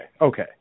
okay